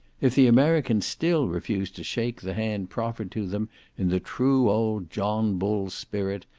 if the americans still refuse to shake the hand proffered to them in the true old john bull spirit,